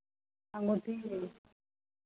अङ्गूठी लेबै